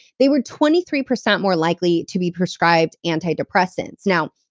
they were twenty three percent more likely to be prescribed antidepressants now,